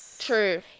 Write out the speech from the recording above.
True